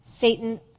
Satan